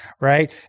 right